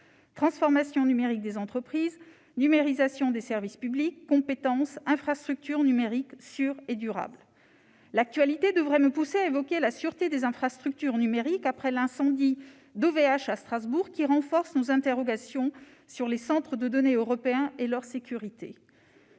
transformation numérique des entreprises ; numérisation des services publics ; compétences ; infrastructures numériques sûres et durables. L'actualité devrait me pousser à évoquer la sûreté des infrastructures numériques, après l'incendie de l'entreprise OVH à Strasbourg, qui renforce nos interrogations sur les centres de données européens et leur sécurité.